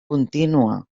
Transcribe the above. contínua